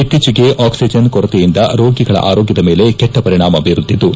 ಇತ್ತೀಚೆಗೆ ಆಕ್ಸಿಜನ್ ಕೊರತೆಯಿಂದ ರೋಗಿಗಳ ಆರೋಗ್ಯದ ಮೇಲೆ ಕೆಟ್ಟ ಪರಿಣಾಮ ಬೀರುತ್ತಿದ್ದು